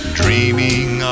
dreaming